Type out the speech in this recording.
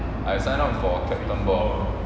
I sign up for captain ball